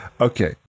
Okay